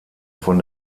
von